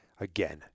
Again